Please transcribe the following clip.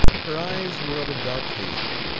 her eyes were of a dark hazel,